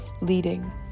leading